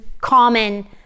common